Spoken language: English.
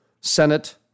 Senate